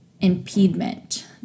impediment